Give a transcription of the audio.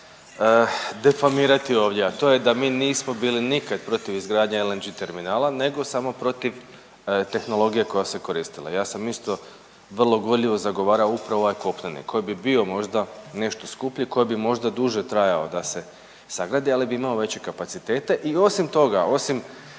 defamirati ovdje, a to je da mi nismo bili nikad protiv izgradnje LNG terminala nego samo protiv tehnologije koja se koristila. Ja sam isto vrlo gorljivo zagovarao upravo ovaj kopneni koji bi bio možda nešto skuplji, koji bi možda duže trajao da se sagradi, ali bi imao veće kapacitete i osim toga, osim